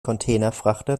containerfrachter